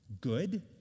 good